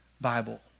Bible